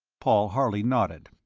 paul harley nodded.